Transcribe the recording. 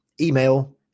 email